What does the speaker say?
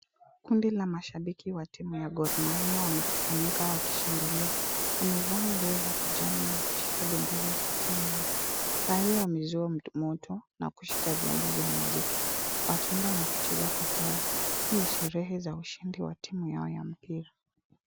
Kundi wa mashabiki wa timu ya Gor Mahia wamekusanyika wakishangilia. Wamevaa nguo za kijani na kushika bendera za timu yao. Baadhi wamezua moto na kushika vyombo vya mziki wakiimba na kucheza kwa furaha. Hii ni sherehe za ushindi wa timu yao ya mpira.